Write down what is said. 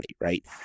right